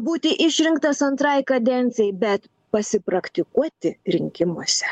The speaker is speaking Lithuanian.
būti išrinktas antrai kadencijai bet pasipraktikuoti rinkimuose